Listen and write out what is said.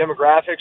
demographics